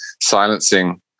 silencing